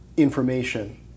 information